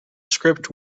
script